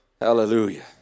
Hallelujah